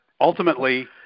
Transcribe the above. ultimately